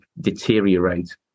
deteriorate